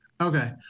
Okay